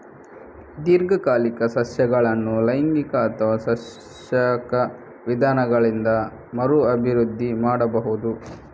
ದೀರ್ಘಕಾಲಿಕ ಸಸ್ಯಗಳನ್ನು ಲೈಂಗಿಕ ಅಥವಾ ಸಸ್ಯಕ ವಿಧಾನಗಳಿಂದ ಮರು ಅಭಿವೃದ್ಧಿ ಮಾಡಬಹುದು